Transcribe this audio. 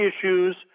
issues